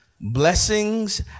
blessings